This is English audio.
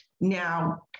Now